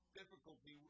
difficulty